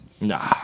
Nah